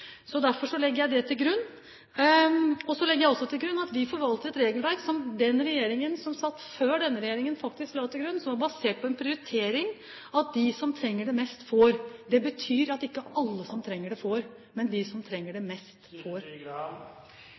Derfor legger jeg det til grunn. Så legger jeg også til grunn at vi forvalter et regelverk som den regjeringen som satt før denne regjeringen, faktisk la til grunn. Det var basert på en prioritering; at de som trenger det mest, får. Det betyr at ikke alle som trenger det, får, men de som trenger det mest, får.